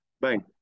bang